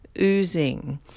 oozing